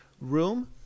room